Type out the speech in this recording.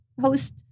host